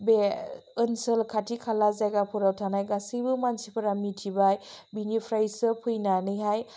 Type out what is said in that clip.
बे ओनसोल खाथि खाला जायगाफोराव थानाय गासैबो मानसिफोरा मिथिबाय बिनिफ्रायसो फैनानैहाय